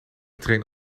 train